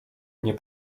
nie